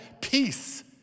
peace